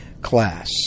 class